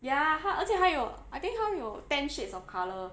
ya 她而且她有 ten shades of colour